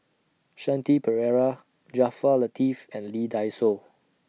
Shanti Pereira Jaafar Latiff and Lee Dai Soh